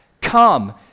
Come